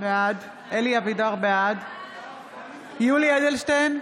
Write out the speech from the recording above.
בעד יולי יואל אדלשטיין,